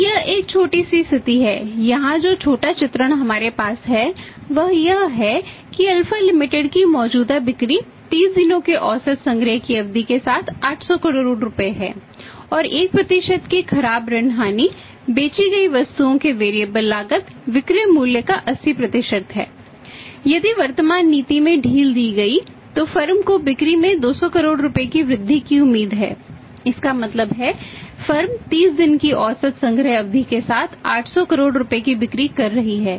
तो यह एक छोटी सी स्थिति है यहाँ जो छोटा चित्रण हमारे पास है वह यह है कि अल्फा लिमिटेड की मौजूदा बिक्री 30 दिनों के औसत संग्रह की अवधि के साथ 800 करोड़ रुपये है और 1 की खराब ऋण हानि बेची गई वस्तुओं की वेरिएबल लागत विक्रय मूल्य का 80 है